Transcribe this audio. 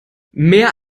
mehr